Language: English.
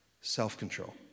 self-control